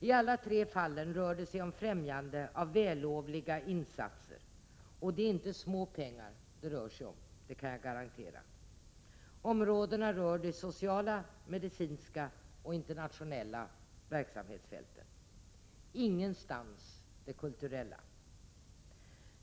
I alla tre fallen rör det sig om främjande av vällovliga insatser — och det är inte litet pengar det rör sig om, det kan jag garantera. Områdena rör de sociala, medicinska och internationella verksamhetsfälten, men ingenstans det kulturella.